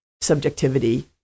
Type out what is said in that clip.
subjectivity